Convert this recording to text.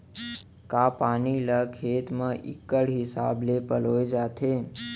का पानी ला खेत म इक्कड़ हिसाब से पलोय जाथे?